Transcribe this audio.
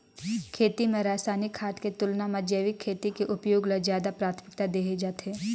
खेती म रसायनिक खाद के तुलना म जैविक खेती के उपयोग ल ज्यादा प्राथमिकता देहे जाथे